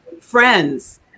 friends